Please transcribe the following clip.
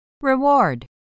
Reward